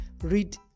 read